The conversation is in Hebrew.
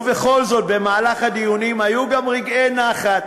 ובכל זאת, במהלך הדיונים היו גם רגעי נחת.